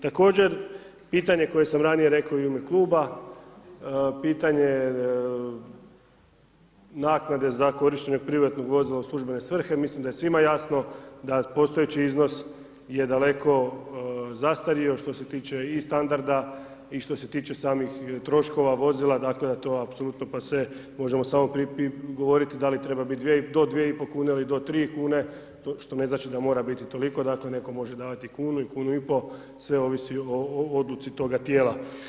Također, pitanje koje sam ranije reko u ime kluba pitanje naknade za korištenje privatnog vozila u službene svrhe, mislim da je svima jasno da postojeći iznos je daleko zastario što se tiče i standarda i što se tiče samih troškova vozila, dakle to je apsolutno pase možemo samo govorit da li treba biti 2, do 2,5 ili do 3 kune što ne znači da mora biti toliko dakle, netko može davati kunu i kunu i po', sve ovisi o Odluci toga tijela.